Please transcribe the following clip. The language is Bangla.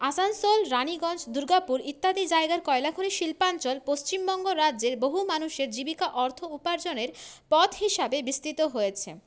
আসানসোল রানীগঞ্জ দুর্গাপুর ইত্যাদি জায়গার কয়লা খনি শিল্পাঞ্চল পশ্চিমবঙ্গ রাজ্যের বহু মানুষের জীবিকা অর্থ উপার্জনের পথ হিসাবে বিস্তৃত হয়েছে